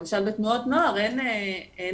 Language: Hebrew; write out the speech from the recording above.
למשל בתנועות נוער אין גוף